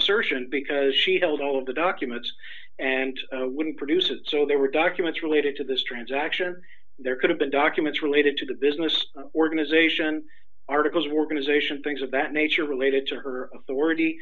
assertion because she told all of the documents and wouldn't produce it so there were documents related to this transaction there could have been documents related to the business organization articles were going to sation things of that nature related to her authority